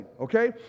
okay